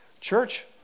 Church